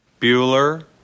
Bueller